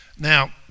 Now